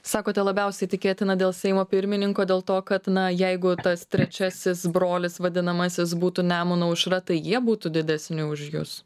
sakote labiausiai tikėtina dėl seimo pirmininko dėl to kad na jeigu tas trečiasis brolis vadinamasis būtų nemuno aušra tai jie būtų didesni už jus